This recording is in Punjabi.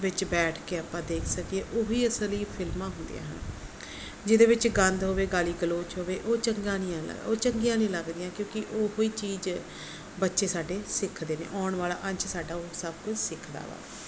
ਵਿੱਚ ਬੈਠ ਕੇ ਆਪਾਂ ਦੇਖ ਸਕੀਏ ਉਹੀ ਅਸਲੀ ਫਿਲਮਾਂ ਹੁੰਦੀਆਂ ਹਨ ਜਿਹਦੇ ਵਿੱਚ ਗੰਦ ਹੋਵੇ ਗਾਲੀ ਗਲੋਚ ਹੋਵੇ ਉਹ ਚੰਗਾ ਨਹੀਂ ਹੈਗਾ ਉਹ ਚੰਗੀਆਂ ਨਹੀਂ ਲੱਗਦੀਆਂ ਕਿਉਂਕਿ ਉਹ ਹੀ ਚੀਜ਼ ਬੱਚੇ ਸਾਡੇ ਸਿੱਖਦੇ ਨੇ ਆਉਣ ਵਾਲਾ ਅੱਜ ਸਾਡਾ ਉਹ ਸਭ ਕੁਝ ਸਿੱਖਦਾ ਵਾ